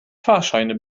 fahrscheine